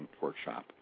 workshop